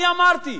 אני אמרתי,